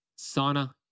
sauna